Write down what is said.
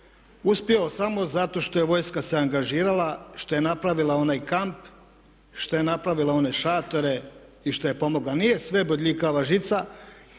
uspio samo zato što je vojska se angažirala, što je napravila onaj kamp, što je napravila one šatore i što je pomogla? Nije sve bodljikava žica